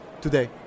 today